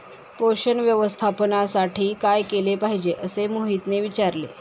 पोषण व्यवस्थापनासाठी काय केले पाहिजे असे मोहितने विचारले?